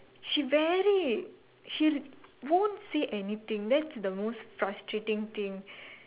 she very she won't say anything that's the most frustrating thing